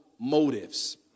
motives